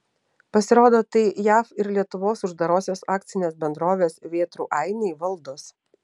pasirodo tai jav ir lietuvos uždarosios akcinės bendrovės vėtrų ainiai valdos